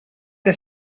que